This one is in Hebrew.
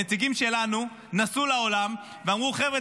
נציגים שלנו נסעו לעולם ואמרו: חבר'ה,